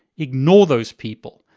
ignore those people.